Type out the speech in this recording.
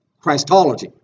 Christology